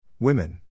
Women